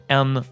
en